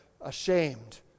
ashamed